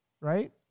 right